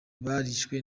barishwe